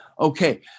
okay